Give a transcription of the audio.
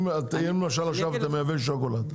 אם למשל עכשיו אתה מייבא שוקולד.